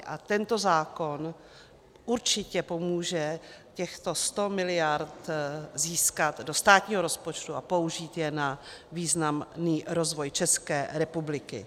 A tento zákon určitě pomůže těchto 100 mld. získat do státního rozpočtu a použít je na významný rozvoj České republiky.